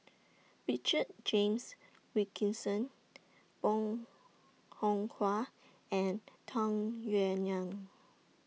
Richard James Wilkinson Bong Hiong Hwa and Tung Yue Nang